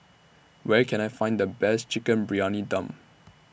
Where Can I Find The Best Chicken Briyani Dum